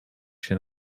się